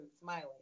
smiling